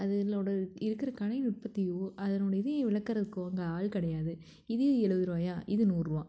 அதுனோட இருக்கிற கலை நுட்பத்தையோ அதனுடைய இதை விளக்குகிறதுக்கோ அங்கே ஆள் கிடையாது இது எழுபது ரூபாயா இது நூறுரூவா